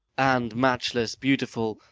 and matchless beautiful,